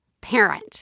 parent